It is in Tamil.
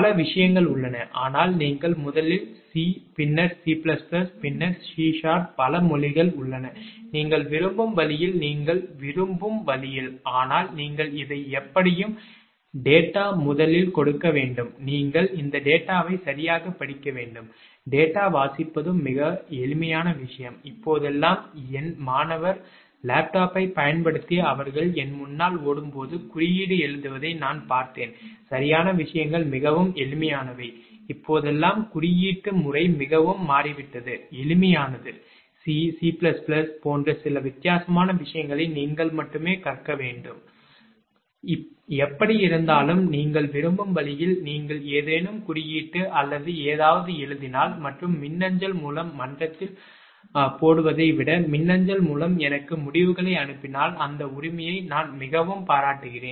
பல விஷயங்கள் உள்ளன ஆனால் நீங்கள் முதலில் சி பின்னர் சி பிளஸ் பிளஸ் பின்னர் சி ஷார்ப் பல மொழிகள் உள்ளன நீங்கள் விரும்பும் வழியில் நீங்கள் விரும்பும் வழியில் ஆனால் நீங்கள் இதை எப்படியும் டேட்டா முதலில் கொடுக்க வேண்டும் நீங்கள் இந்த டேட்டாவை சரியாக படிக்க வேண்டும் டேட்டா வாசிப்பதும் மிக எளிமையான விஷயம் இப்போதெல்லாம் என் மாணவர் லேப்டாப்பைப் பயன்படுத்தி அவர்கள் என் முன்னால் ஓடும்போது குறியீடு எழுதுவதை நான் பார்த்தேன் சரியான விஷயங்கள் மிகவும் எளிமையானவை இப்போதெல்லாம் குறியீட்டு முறை மிகவும் மாறிவிட்டது எளிமையானது சி சி பிளஸ் பிளஸ் போன்ற சில வித்தியாசமான விஷயங்களை நீங்கள் மட்டுமே கற்க வேண்டும் எப்படியிருந்தாலும் நீங்கள் விரும்பும் வழியில் நீங்கள் ஏதேனும் குறியீட்டு அல்லது ஏதாவது எழுதினால் மற்றும் மின்னஞ்சல் மூலம் மன்றத்தில் போடுவதை விட மின்னஞ்சல் மூலம் எனக்கு முடிவுகளை அனுப்பினால் அந்த உரிமையை நான் மிகவும் பாராட்டுகிறேன்